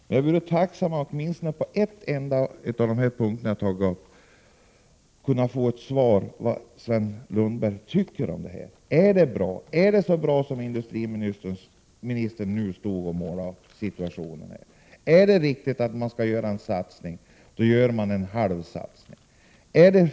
Men jag vore tacksam för ett svar på åtminstone en av de punkter som jag här har tagit upp. Vad tycker Sven Lundberg om allt detta? Är situationen så bra som industriministern utmålade? Om man gör en satsning, ja, då blir det en halv satsning.